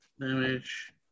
damage